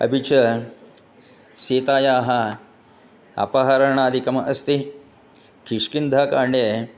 अपि च सीतायाः अपहरणादिकम् अस्ति किष्किन्धाकाण्डे